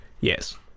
Yes